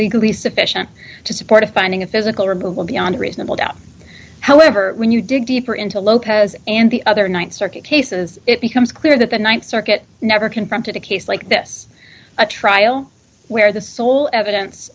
legally sufficient to support a finding of physical removal beyond reasonable doubt however when you dig deeper into lopez and the other th circuit cases it becomes clear that the th circuit never confronted a case like this a trial where the sole evidence